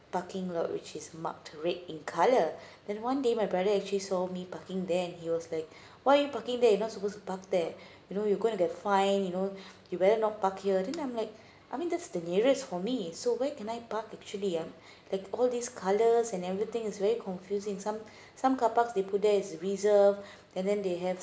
parking lot which is mark red in colour then one day my brother actually saw me parking there and he was like why you parking there you're not supposed to park there you know you gonna get fine you know you better not parking uh then I'm like I mean that's the nearest for me so where can I park actually ah all these colours and everything is very confusing some some car pak they put there is reserve and then they have